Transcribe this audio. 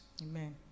Amen